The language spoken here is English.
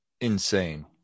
insane